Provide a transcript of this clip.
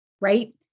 right